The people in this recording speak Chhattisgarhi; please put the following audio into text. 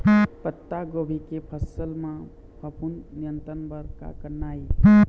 पत्तागोभी के फसल म फफूंद नियंत्रण बर का करना ये?